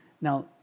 now